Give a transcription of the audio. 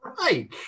right